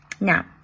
Now